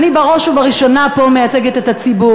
אני פה בראש ובראשונה מייצגת את הציבור,